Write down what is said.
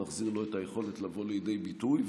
נחזיר לו את היכולת לבוא לידי ביטוי.